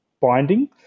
binding